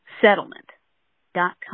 Settlement.com